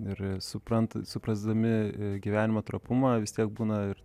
ir supranta suprasdami gyvenimo trapumą vis tiek būna ir